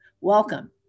Welcome